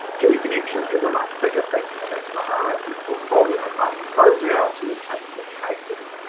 kiwi connexion is a much bigger thing in its mahara eportfolio, but those are our two facebook pages.